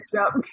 up